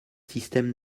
système